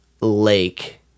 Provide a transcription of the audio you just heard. lake